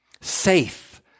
safe